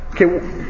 Okay